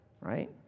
Right